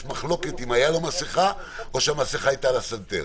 יש מחלוקת אם הייתה לו מסכה או שהמסכה הייתה על הסנטר.